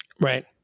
Right